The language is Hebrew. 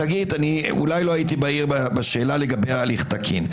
שגית, אולי לא הייתי בהיר בשאלה לגבי הליך תקין.